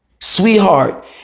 Sweetheart